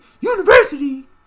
university